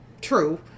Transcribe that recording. True